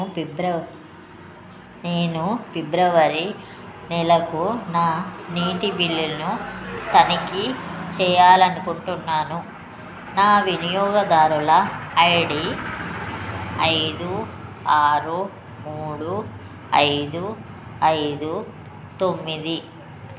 పిబ్రవ నేను ఫిబ్రవరి నెలకు నా నీటి బిల్లును తనిఖీ చేయాలనుకుంటున్నాను నా వినియోగదారుల ఐ డీ ఐదు ఆరు మూడు ఐదు ఐదు తొమ్మిది